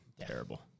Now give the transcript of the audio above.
terrible